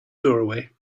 doorway